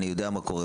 ואני יודע מה קורה,